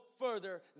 further